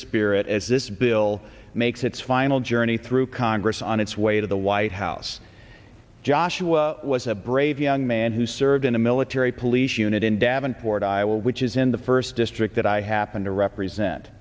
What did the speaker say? spirit as this bill makes its final journey through congress on its way to the white house joshua was a brave young man who served in a military police unit in davenport iowa which is in the first district that i happen to represent